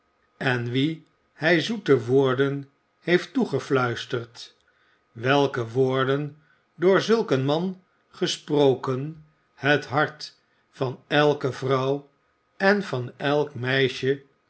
en wie hij zoete woorden heeft toegefluisterd welke woorden door zulk een man gesproken het hart van elke vrouw en van elk meisje